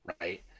right